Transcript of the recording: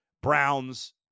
Browns